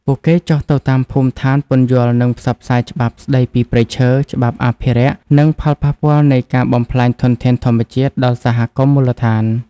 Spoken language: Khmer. ពួកគេចុះទៅតាមភូមិឋានពន្យល់ និងផ្សព្វផ្សាយច្បាប់ស្តីពីព្រៃឈើ ច្បាប់អភិរក្ស និងផលប៉ះពាល់នៃការបំផ្លាញធនធានធម្មជាតិ ដល់សហគមន៍មូលដ្ឋាន។